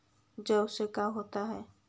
जौ से का होता है?